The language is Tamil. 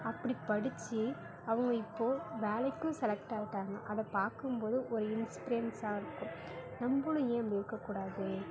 அப்படி படிச்சு அவங்க இப்போ வேலைக்கும் செலெக்ட்டாவிட்டாங்க அதை பார்க்கும்போது ஒரு இன்ஸ்பிரியன்ஸாக இருக்கும் நம்பளும் ஏன் இப்படி இருக்கக்கூடாது